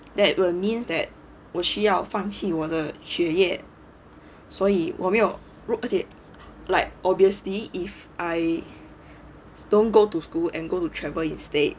that will means that 我需要放弃我的学业所以我没有而且 like obviously if I don't go to school and go to travel instead